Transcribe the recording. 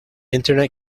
internet